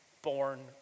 born